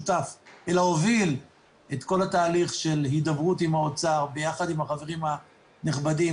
הוביל את כל התהליך של ההידברות עם האוצר ביחד עם החברים הנכבדים,